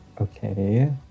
Okay